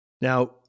Now